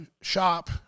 shop